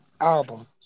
album